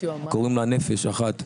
שקוראים לה 'נפש אחת',